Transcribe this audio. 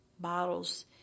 bottles